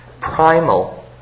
primal